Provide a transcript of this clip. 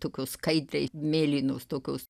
tokios skaidriai mėlynos tokios